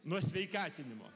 nuo sveikatinimo